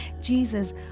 Jesus